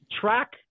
track